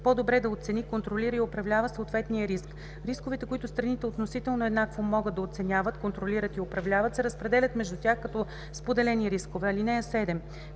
по-добре да оцени, контролира и управлява съответния риск. Рисковете, които страните относително еднакво могат да оценяват, контролират и управляват, се разпределят между тях като споделени рискове. (7)